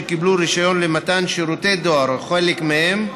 שקיבלו רישיון למתן שירותי דואר או חלק מהם,